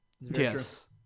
Yes